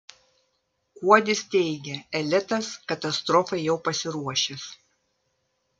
kuodis teigia elitas katastrofai jau pasiruošęs